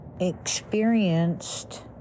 experienced